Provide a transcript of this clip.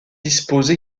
dispose